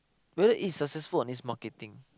whether is successful on this marketing